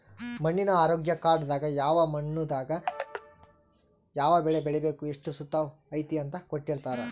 ಮಣ್ಣಿನ ಆರೋಗ್ಯ ಕಾರ್ಡ್ ದಾಗ ಯಾವ ಮಣ್ಣು ದಾಗ ಯಾವ ಬೆಳೆ ಬೆಳಿಬೆಕು ಎಷ್ಟು ಸತುವ್ ಐತಿ ಅಂತ ಕೋಟ್ಟಿರ್ತಾರಾ